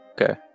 Okay